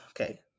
Okay